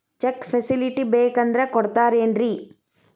Check facility ಬೇಕಂದ್ರ ಕೊಡ್ತಾರೇನ್ರಿ?